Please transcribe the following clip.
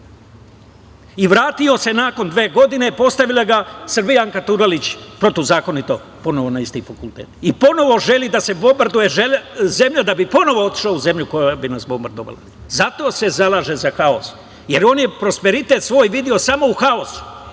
i vratio se nakon dve godine, postavila Srbijanka Dugalić protivzakonito ponovo na isti fakultet i ponovo želi da se bombarduje zemlje da bi ponovo otišao u zemlju koja bi nas bombardovala. Zato se zalaže za haos, jer on je prosperitet svoj video samo u haosu